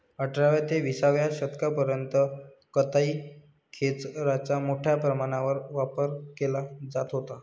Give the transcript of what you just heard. अठराव्या ते विसाव्या शतकापर्यंत कताई खेचराचा मोठ्या प्रमाणावर वापर केला जात होता